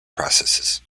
processes